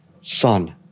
Son